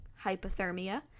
hypothermia